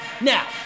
Now